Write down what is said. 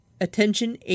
Attention